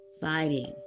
fighting